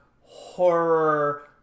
horror